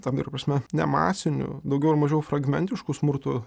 tam tikra prasme ne masiniu daugiau ar mažiau fragmentišku smurtu